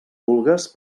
vulgues